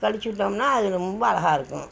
கழிச்சி விட்டோம்னா அது ரொம்ப அழகா இருக்கும்